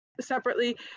separately